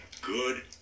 Good